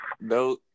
no